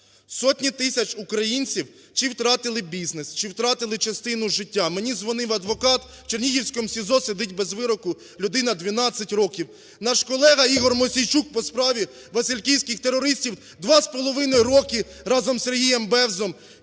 сотні тисяч українців чи втратили бізнес, чи втратили частину життя. Мені дзвонив адвокат, в чернігівському СІЗО сидить без вироку людина 12 років. Наш колега ІгорМосійчук по справі васильківських терористів два з половиною роки разом із Сергієм Бевзом